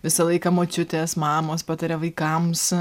visą laiką močiutės mamos pataria vaikams